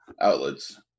outlets